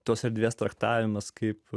tos erdvės traktavimas kaip